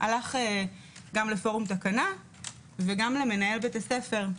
הלך גם לפורום תקנה וגם למנהל בית הספר.